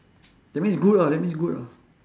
that means good ah that means good ah